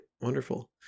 wonderful